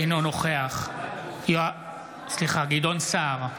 אינו נוכח גדעון סער,